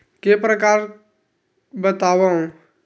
के प्रकार बतावव?